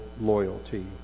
loyalty